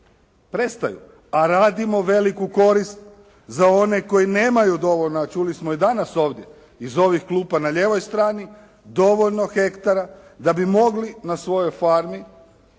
prestaju. A radimo veliku korist za one koji nemaju dovoljno, a čuli smo i danas ovdje iz ovih klupa na lijevoj strani dovoljno hektara da bi mogli na svojoj farmi